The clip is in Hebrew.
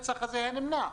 הרצח הזה היה נמנע.